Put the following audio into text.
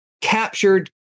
captured